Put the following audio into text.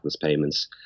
payments